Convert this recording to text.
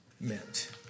meant